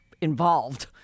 involved